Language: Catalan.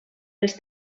els